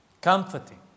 Comforting